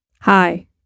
Hi